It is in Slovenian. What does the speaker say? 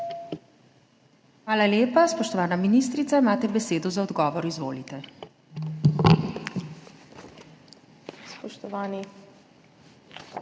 Hvala lepa. Spoštovana ministrica, imate besedo za odgovor, izvolite.